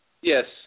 Yes